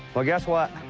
well, guess what.